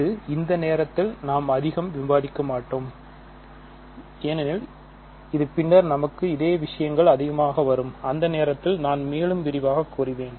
இது இந்த நேரத்தில் நாம் அதிகம் விவாதிக்க மாட்டோம் ஏனெனில் இது பின்னர் நமக்கு இதே விஷயங்கள் அதிகமாக வரும் அந்த நேரத்தில் நான் மேலும் விரிவாக கூறுவேன்